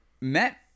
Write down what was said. met